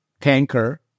tanker